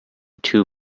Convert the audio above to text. two